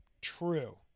True